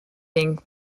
being